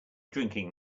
drinking